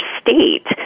state